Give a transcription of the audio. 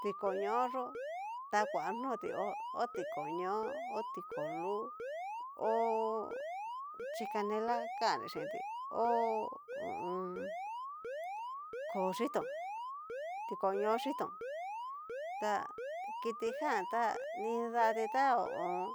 Tikoño yó ta kua noti hó ho tikoño o tiko lu, o chikanela kanri chinti hó hu u un. koo yitón, tikoño yitón ta kitijan tá nidata ta ho o on.